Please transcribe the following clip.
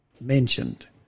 mentioned